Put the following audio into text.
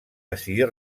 decidir